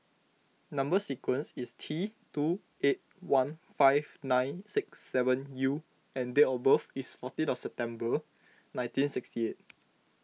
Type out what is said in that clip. Number Sequence is T two eight one five nine six seven U and date of birth is fourteen of September nineteen sixty eight